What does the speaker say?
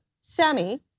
Sammy